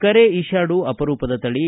ಕರೇಈಶಾದು ಅಪರೂಪದ ತಳಿ